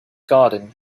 garden